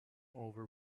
over